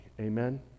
Amen